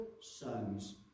sons